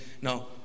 no